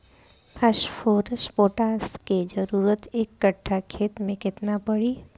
Phosphorus potash के जरूरत एक कट्ठा खेत मे केतना पड़ी?